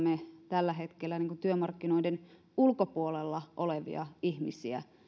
tällä hetkellä työmarkkinoiden ulkopuolella olevia ihmisiä